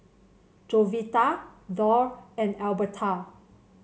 Jovita Dorr and Elberta